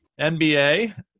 NBA